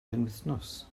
penwythnos